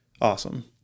awesome